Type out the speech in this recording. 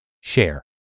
share